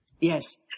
Yes